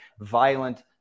violent